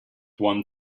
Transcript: one